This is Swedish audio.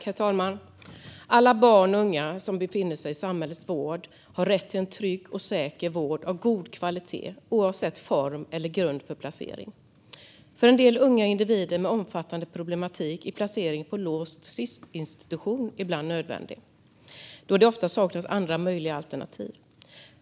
Herr talman! Alla barn och unga som befinner sig i samhällets vård har rätt till en trygg och säker vård av god kvalitet, oavsett formen eller grunden för deras placering. För en del unga individer med omfattande problematik är placering på låst Sis-institution ibland nödvändig, då det ofta saknas andra möjliga alternativ.